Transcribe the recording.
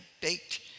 baked